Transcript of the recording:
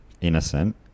innocent